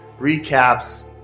recaps